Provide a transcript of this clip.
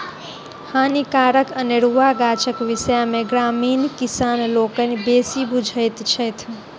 हानिकारक अनेरुआ गाछक विषय मे ग्रामीण किसान लोकनि बेसी बुझैत छथि